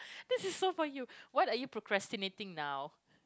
this is so for you what are you procrastinating now